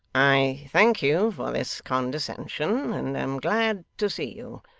i thank you for this condescension, and am glad to see you.